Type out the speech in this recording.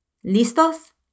¿Listos